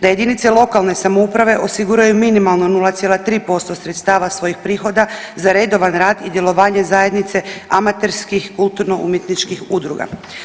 Da jedinice lokalne samouprave osiguraju minimalno 0,3% sredstava svojih prihoda za redovan rad i djelovanje zajednice amaterskih, kulturno-umjetničkih udruga.